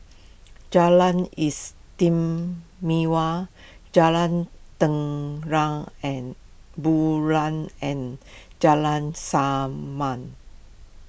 Jalan Istimewa Jalan Terang and Bulan and Jalan